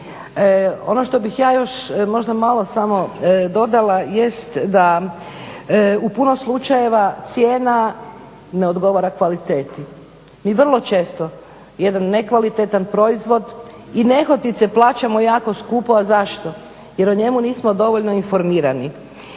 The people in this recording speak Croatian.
Ono što bih ja još možda malo samo dodala jest da u puno slučajeva cijena ne odgovara kvaliteti. Mi vrlo često jedan nekvalitetan proizvod i nehotice plaćamo jako skupo a zašto? Jer o njemu nismo dovoljno informirani.